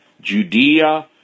Judea